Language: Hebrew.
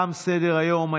תם סדר-היום.